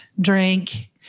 drink